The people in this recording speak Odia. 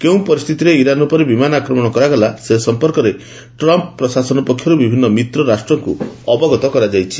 କେଉଁ ପରିସ୍ଥିତିରେ ଇରାନ୍ ଉପରେ ବିମାନ ଆକ୍ରମଣ କରାଗଲା ସେ ସମ୍ପର୍କରେ ଟ୍ରମ୍ପ୍ ପ୍ରଶାସନ ପକ୍ଷରୁ ବିଭିନ୍ନ ମିତ୍ର ରାଷ୍ଟ୍ରଙ୍କୁ ଅବଗତ କରାଯାଇଛି